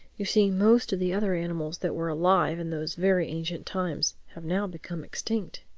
you see most of the other animals that were alive in those very ancient times have now become extinct.